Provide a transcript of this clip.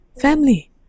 family